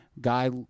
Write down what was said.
guy